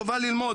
חובה ללמוד,